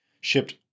shipped